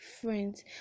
friends